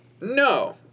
No